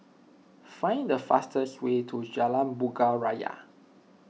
find the fastest way to Jalan Bunga Raya